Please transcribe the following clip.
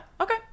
okay